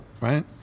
right